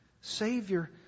Savior